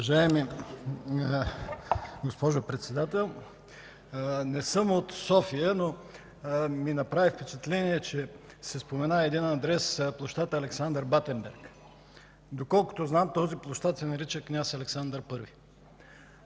Уважаема госпожо Председател, не съм от София, но ми направи впечатление, че се спомена един адрес: „пл. Александър Батенберг”. Доколкото знам, този площад се нарича „Княз Александър I”.